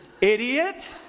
idiot